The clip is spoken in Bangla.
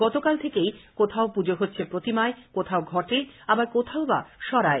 গতকাল থেকেই কোথাও পুজো হচ্ছে প্রতিমায় কোথাও ঘটে আবার কোথাও বা সরায়